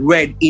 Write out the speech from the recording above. Red